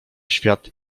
świat